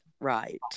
Right